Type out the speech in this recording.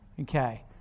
Okay